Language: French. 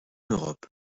europe